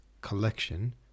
collection